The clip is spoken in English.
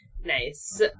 Nice